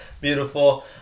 Beautiful